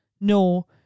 no